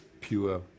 pure